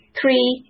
three